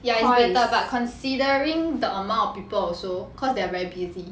ya connected but considering the amount of people also cause they are very busy